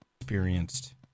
experienced